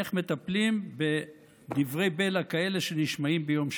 איך מטפלים בדברי בלע כאלה שנשמעים ביום שכזה.